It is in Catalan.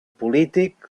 polític